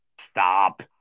Stop